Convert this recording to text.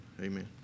Amen